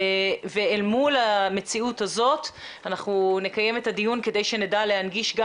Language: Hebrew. אל מול המציאות הזאת אנחנו נקיים את הדיון כדי שנדע להנגיש גם